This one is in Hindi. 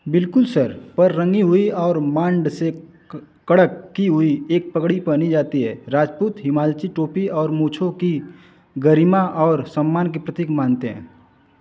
बिलकुल सिर पर रंगी हुई और माँड से कड़क की हुई एक पगड़ी पहनी जाती है राज़पूत हिमाचली टोपी और मूँछों की गरिमा और सम्मान का प्रतीक मानते हैं